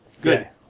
Good